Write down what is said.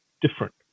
different